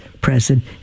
present